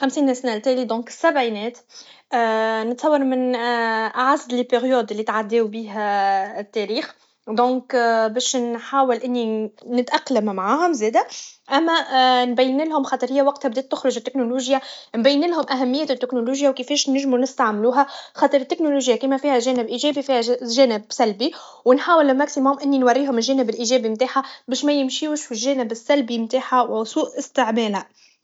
خمسين سنه لتالي دونك السبعينات نتصور من اعز لي بيريود لي تعداو بيها التاريخ دونك باش نحاول اني نتاقلم معاهم زاده اما نبينلهم خاطر هي وقتها بدات تخرج التكنولوجيا نبينلهم أهمية التكنولوجيا كفاش نجمو نستعملوها خاطر التكنولوجيا كما فيها جانب ايجابي فبها جانب سلبي و نحاول لماكسيمومو نوريهم الجانب الايجابي نتاعها باش ميمشيوش فالجانب السلبي نتاعها و سوء استعمالها